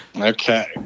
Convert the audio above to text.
Okay